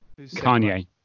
Kanye